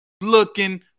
looking